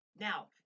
Now